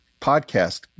podcast